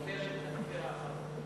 היא עוברת להיות הדובר האחרון.